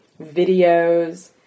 videos